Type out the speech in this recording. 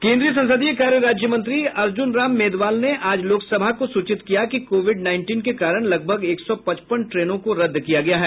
केन्द्रीय संसदीय कार्य राज्यमंत्री अर्ज़्न राम मेघवाल ने आज लोकसभा को सूचित किया कि कोविड नाईनटिन के कारण लगभग एक सौ पचपन ट्रेनों को रद्द किया गया है